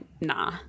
nah